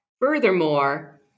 Furthermore